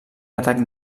atac